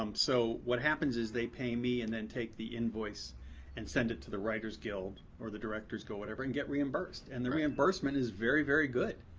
um so, what happens is they pay me and then take the invoice and send it to the writers guild, or the directors guild, whatever, and get reimbursed. and the reimbursement is very, very good.